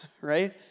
right